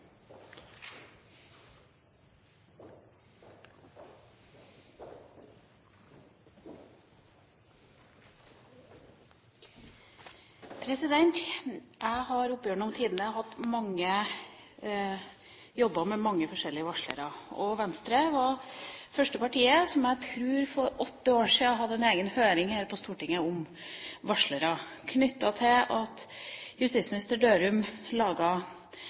Jeg har opp gjennom tidene jobbet med mange forskjellige varslere. Venstre var det første partiet som for åtte år siden, tror jeg, hadde en egen høring her på Stortinget om varslere, knyttet til at daværende justisminister Dørum